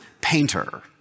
painter